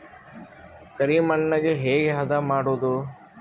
ಕರಿ ಮಣ್ಣಗೆ ಹೇಗೆ ಹದಾ ಮಾಡುದು?